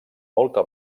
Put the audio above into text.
molta